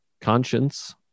conscience